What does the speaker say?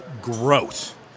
growth